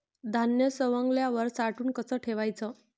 धान्य सवंगल्यावर साठवून कस ठेवाच?